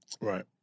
Right